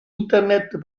internet